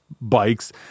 bikes